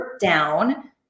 down